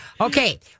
okay